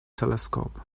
telescope